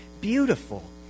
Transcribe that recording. beautiful